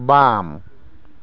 बाम